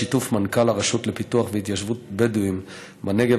בשיתוף מנכ"ל הרשות לפיתוח והתיישבות הבדואים בנגב,